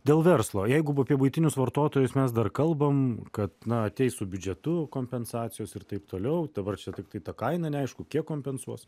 dėl verslo jeigu apie buitinius vartotojus mes dar kalbam kad na ateis su biudžetu kompensacijos ir taip toliau dabar čia tiktai ta kaina neaišku kiek kompensuos